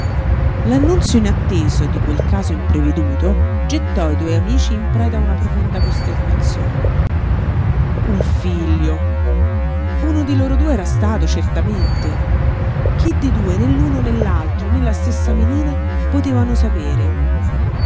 l'annunzio inatteso di quel caso impreveduto gettò i due amici in preda a una profonda costernazione un figlio uno di loro due era stato certamente chi de due né l'uno né l'altro né la stessa melina potevano sapere